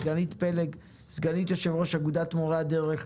גנית פלג סגנית יושב-ראש אגודת מורי הדרך,